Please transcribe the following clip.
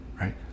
right